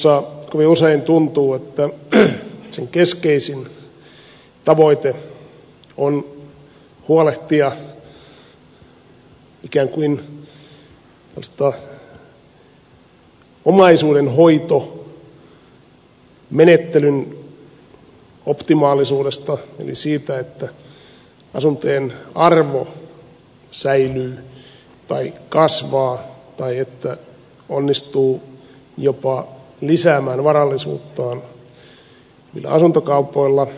kovin usein tuntuu että omistusasumisen keskeisin tavoite on huolehtia ikään kuin omaisuudenhoitomenettelyn optimaalisuudesta eli siitä että asuntojen arvo säilyy tai kasvaa tai että onnistuu jopa lisäämään varallisuuttaan asuntokaupoilla